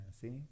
see